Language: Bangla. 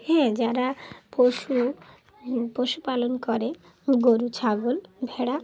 হ্যাঁ যারা পশু পশুপালন করে গরু ছাগল ভেড়া